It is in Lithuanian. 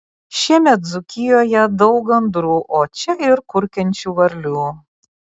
šiemet dzūkijoje daug gandrų o čia ir kurkiančių varlių